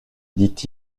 dit